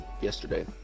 yesterday